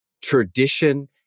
tradition